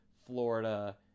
florida